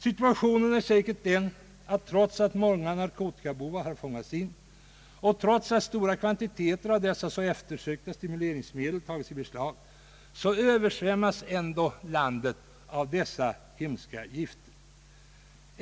Situationen är säkert den att trots att många narkotikabovar har fångats in och trots att stora kvantiteter av dessa så eftersökta stimuleringsmedel tagits i beslag, översvämmas landet av dessa hemska gifter.